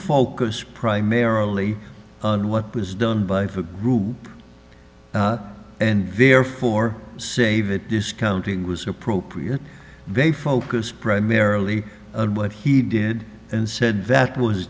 focus primarily on what was done by foot and therefore save it discounting was appropriate they focus primarily on what he did and said that was